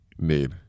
need